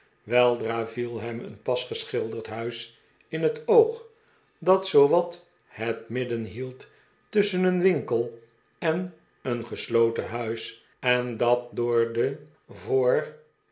weldra viel hem een pas geschilderd huis in het oog dat zoowat het midden hield tusschen een winkel en een gesloten huis en dat door de voor